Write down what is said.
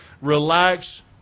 relax